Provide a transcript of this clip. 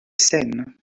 scène